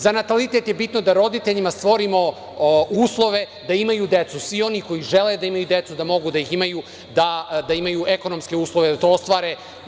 Za natalitet je bitno da roditeljima stvorimo uslove da imaju decu, svi oni koji žele da imaju decu da mogu da ih imaju, da imaju ekonomske uslove da to ostvare.